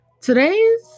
today's